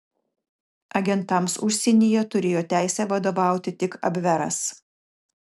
agentams užsienyje turėjo teisę vadovauti tik abveras